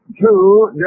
two